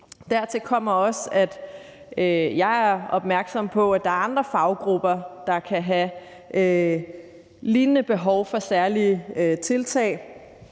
Dertil kommer også, at jeg er opmærksom på, at der er andre faggrupper, der kan have lignende behov for særlige tiltag,